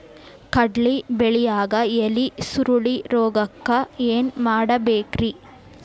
ಕಡ್ಲಿ ಬೆಳಿಯಾಗ ಎಲಿ ಸುರುಳಿರೋಗಕ್ಕ ಏನ್ ಮಾಡಬೇಕ್ರಿ?